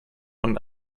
und